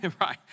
right